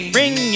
Bring